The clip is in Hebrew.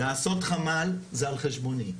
לעשות חמ"ל זה על חשבוני.